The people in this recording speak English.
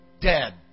dead